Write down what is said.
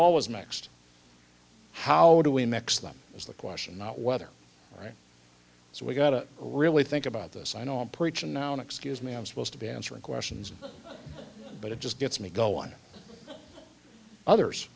always mixed how do we mix them is the question not whether right so we got to really think about this i know i'm preaching now an excuse me i'm supposed to be answering questions but it just gets me go on others